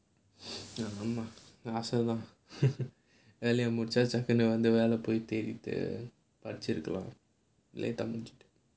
you ask her lor வேலைய முடிச்சா:velaiya mudichcha